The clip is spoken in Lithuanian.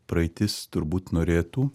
praeitis turbūt norėtų